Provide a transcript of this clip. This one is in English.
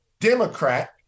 Democrat